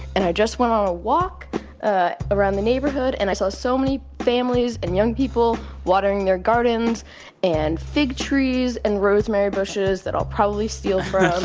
and i just went on a walk ah around the neighborhood. and i saw so many families and young people watering their gardens and fig trees and rosemary bushes that i'll probably steal from